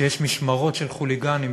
שיש משמרות של חוליגנים,